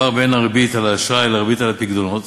הפער בין הריבית על האשראי לריבית על הפיקדונות,